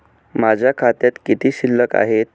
माझ्या खात्यात किती शिल्लक आहे?